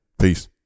peace